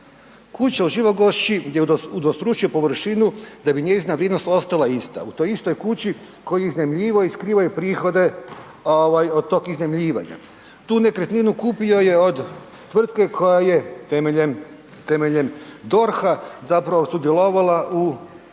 Kuća u Živogošći, gdje je udvostručio površinu da bi njezina vrijednost ostala ista, u toj istoj kući koju je iznajmljivao i skrivao je prihode od tog iznajmljivanja. Tu nekretninu kupio je od tvrtke koja je temeljem DORH-a zapravo sudjelovala u